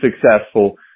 successful